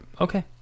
Okay